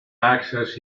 access